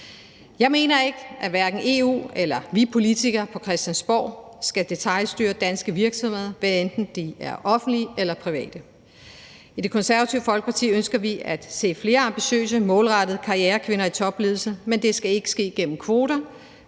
Jeg mener ikke, at hverken EU eller vi politikere på Christiansborg skal detailstyre danske virksomheder, hvad enten de er offentlige eller private. I Det Konservative Folkeparti ønsker vi at se flere ambitiøse, målrettede karrierekvinder i topledelse, men det skal ikke ske gennem kvoter;